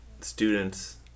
students